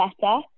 better